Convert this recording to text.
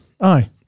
Aye